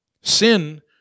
Sin